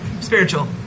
spiritual